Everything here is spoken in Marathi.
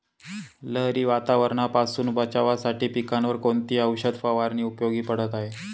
लहरी वातावरणापासून बचावासाठी पिकांवर कोणती औषध फवारणी उपयोगी पडत आहे?